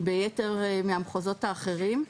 ביתר מהמחוזות האחרים.